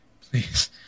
please